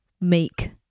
make